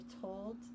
told